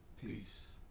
Peace